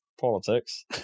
politics